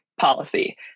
policy